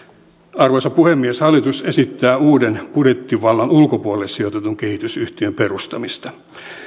arvoisa puhemies hallitus esittää uuden budjettivallan ulkopuolelle sijoitetun kehitysyhtiön perustamista